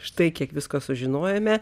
štai kiek visko sužinojome